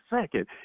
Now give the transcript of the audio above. second